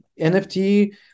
NFT